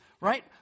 Right